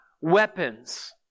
weapons